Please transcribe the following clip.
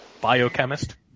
Biochemist